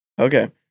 Okay